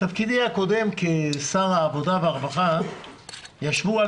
בתפקידי הקודם כשר העבודה והרווחה ישבנו על